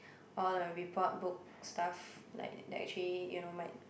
all the report book stuff like that actually you know might